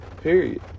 Period